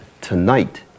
tonight